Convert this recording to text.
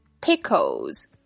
Pickles